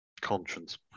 conscience